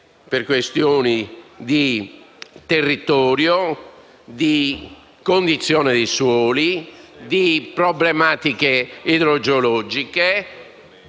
per questioni di territorio, di condizione dei suoli, di problematiche idrogeologiche,